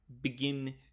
begin